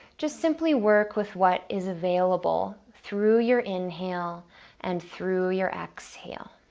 just simply work with what is available through your inhale and through your exhale.